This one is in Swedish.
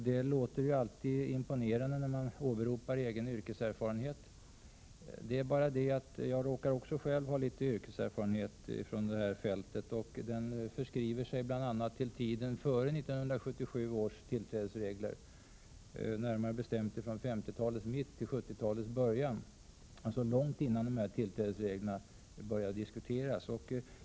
Det är ju alltid imponerande att åberopa egen yrkeserfarenhet, men jag råkar också ha litet yrkeserfarenhet från detta arbetsfält. Den förskriver sig bl.a. från tiden före 1977 års tillträdesregler, närmare bestämt från 1950-talets mitt till 1970-talets början, alltså långt innan dessa tillträdesregler började diskuteras.